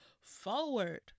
forward